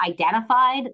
identified